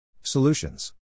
Solutions